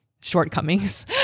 shortcomings